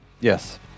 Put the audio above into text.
yes